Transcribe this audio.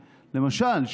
למשל,